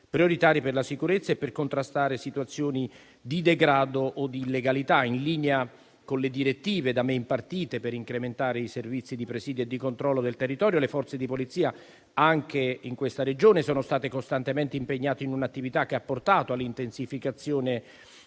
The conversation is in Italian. prioritari per la sicurezza e per contrastare situazioni di degrado o di illegalità, in linea con le direttive da me impartite per incrementare i servizi di presidio e di controllo del territorio. Le Forze di polizia, anche in questa Regione, sono state costantemente impegnate in un'attività che ha portato all'intensificazione